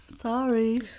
Sorry